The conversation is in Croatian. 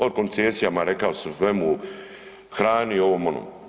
O koncesijama, rekao sam, svemu, hrani, ovom, onom.